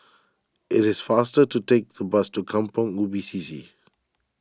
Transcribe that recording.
it is faster to take the bus to Kampong Ubi C C